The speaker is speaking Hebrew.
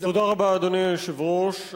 תודה רבה, אדוני היושב-ראש.